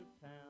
town